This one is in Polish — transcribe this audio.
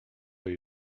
jej